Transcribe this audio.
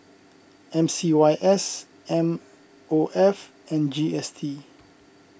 M C Y S M O F and G S T